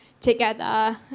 together